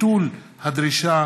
(ביטול הדרישה